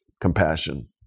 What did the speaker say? compassion